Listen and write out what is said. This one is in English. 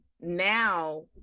now